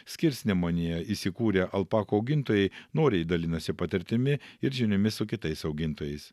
skirsnemunėje įsikūrę alpakų augintojai noriai dalinasi patirtimi ir žiniomis su kitais augintojais